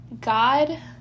God